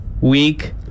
week